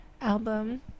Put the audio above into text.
album